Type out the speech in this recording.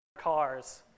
cars